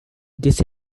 this